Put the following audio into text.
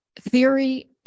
theory